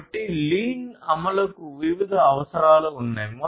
కాబట్టి లీన్ అమలుకు వివిధ అవసరాలు ఉన్నాయి